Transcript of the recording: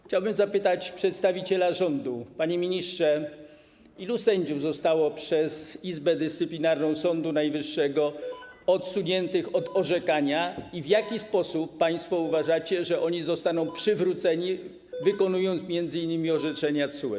Chciałbym zapytać przedstawiciela rządu: Panie ministrze, ilu sędziów zostało przez Izbę Dyscyplinarną Sądu Najwyższego odsuniętych od orzekania i w jaki sposób - państwo uważacie - oni zostaną przywróceni, wykonując m.in. orzeczenia TSUE?